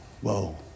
whoa